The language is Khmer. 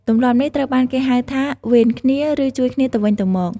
ទម្លាប់នេះត្រូវបានគេហៅថា វេនគ្នា ឬ ជួយគ្នាទៅវិញទៅមក។